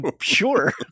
sure